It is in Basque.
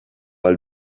ahal